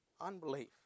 unbelief